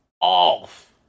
off